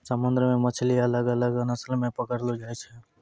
समुन्द्र मे मछली अलग अलग नस्ल रो पकड़लो जाय छै